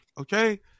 okay